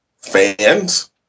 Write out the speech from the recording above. fans